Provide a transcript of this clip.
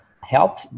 help